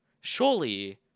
Surely